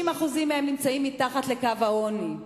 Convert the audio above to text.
30% מהן נמצאות מתחת לקו העוני.